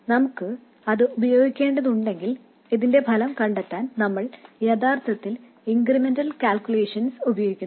നമുക്ക് അത് ഉപയോഗിക്കേണ്ടതുണ്ടെങ്കിൽ ഇതിന്റെ ഫലം കണ്ടെത്താൻ നമ്മൾ യഥാർത്ഥത്തിൽ ഇൻക്രിമെന്റൽ കാൽകുലേഷൻസ് ഉപയോഗിക്കുന്നു